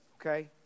okay